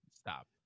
stop